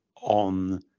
on